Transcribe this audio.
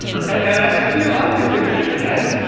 i see a lot of these things. like guys,